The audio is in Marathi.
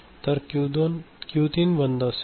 तर क्यू 3 बंद असेल